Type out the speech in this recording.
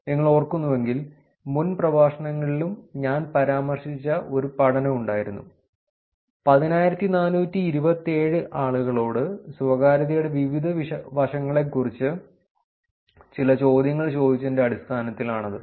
നിങ്ങൾ ഓർക്കുന്നുവെങ്കിൽ മുൻ പ്രഭാഷണങ്ങളിലും ഞാൻ പരാമർശിച്ച ഒരു പഠനം ഉണ്ടായിരുന്നു 10427 ആളുകളോട് സ്വകാര്യതയുടെ വിവിധ വശങ്ങളെക്കുറിച്ച് ചില ചോദ്യങ്ങൾ ചോദിച്ചതിൻറ്റെ അടിസ്ഥാനത്തിൽ ആണത്